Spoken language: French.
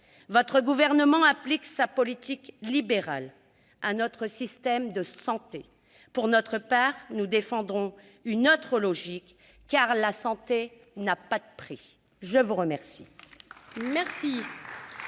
Votre gouvernement applique sa politique libérale à notre système de santé. Pour notre part, nous défendrons une autre logique, car la santé n'a pas de prix. La parole